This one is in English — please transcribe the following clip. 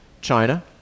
China